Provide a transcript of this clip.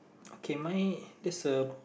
okay mine there's a